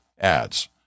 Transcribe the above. ads